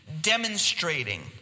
demonstrating